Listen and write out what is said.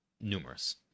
numerous